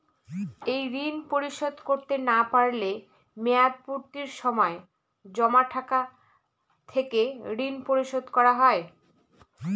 এই ঋণ পরিশোধ করতে না পারলে মেয়াদপূর্তির সময় জমা টাকা থেকে ঋণ পরিশোধ করা হয়?